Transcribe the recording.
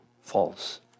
false